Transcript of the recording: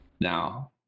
Now